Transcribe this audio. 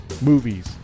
movies